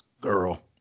girl